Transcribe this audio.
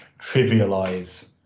trivialize